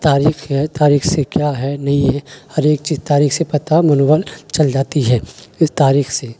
تاریخ ہے تاریخ سے کیا ہے نہیں ہے ہر ایک چیز تاریخ سے پتا منول چل جاتی ہے اس تاریخ سے